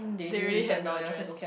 they already have your address